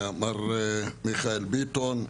מר מיכאל ביטון,